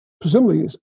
presumably